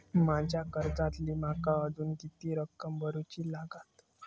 माझ्या कर्जातली माका अजून किती रक्कम भरुची लागात?